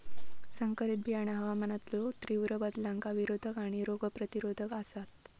संकरित बियाणा हवामानातलो तीव्र बदलांका प्रतिरोधक आणि रोग प्रतिरोधक आसात